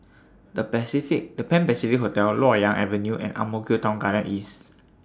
The Pacific The Pan Pacific Hotel Loyang Avenue and Ang Mo Kio Town Garden East